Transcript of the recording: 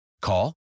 Call